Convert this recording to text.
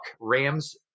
Rams